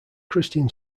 christian